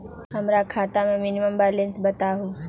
हमरा खाता में मिनिमम बैलेंस बताहु?